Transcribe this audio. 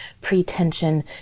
pretension